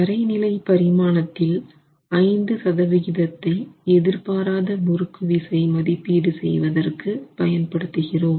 தரை நிலை பரிமாணத்தில் 5 சதவிகிதத்தை எதிர்பாராத முறுக்கு விசை மதிப்பீடு செய்வதற்கு பயன்படுத்துகிறோம்